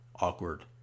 awkward